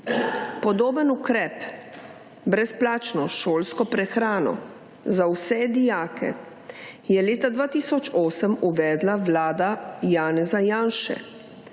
Podoben ukrep brezplačno šolsko prehrano za vse dijake je leta 2008 uvedla Vlada Janeza Janše,